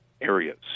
areas